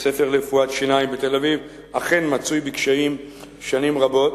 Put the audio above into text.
בית-הספר לרפואת שיניים בתל-אביב אכן מצוי בקשיים שנים רבות,